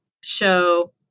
show